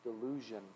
delusion